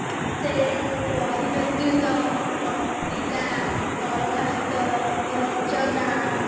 ମୋତେ ବହି ବ୍ୟତୀତ ପତ୍ରିକା ଦରଖାସ୍ତ ରଚନା